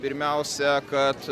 pirmiausia kad